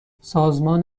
سازمان